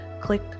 click